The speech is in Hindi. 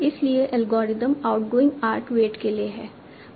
इसलिए एल्गोरिथ्म आउटगोइंग आर्क वेट के लिए है